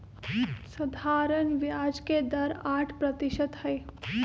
सधारण ब्याज के दर आठ परतिशत हई